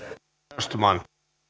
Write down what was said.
arvoisa